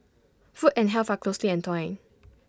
food and health are closely entwined